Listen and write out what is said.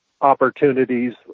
opportunities